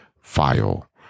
file